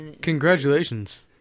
Congratulations